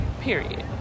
period